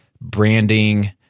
branding